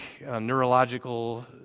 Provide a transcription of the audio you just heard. neurological